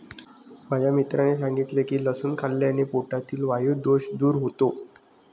माझ्या मित्राने सांगितले की लसूण खाल्ल्याने पोटातील वायु दोष दूर होतो